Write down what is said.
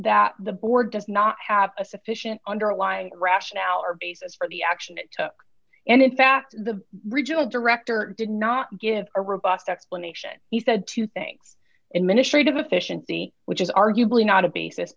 that the board does not have a sufficient underlying rationale or basis for the action it took and in fact the regional director did not give a robust explanation he said two things administrative efficiency which is arguably not a basis